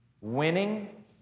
winning